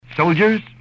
Soldiers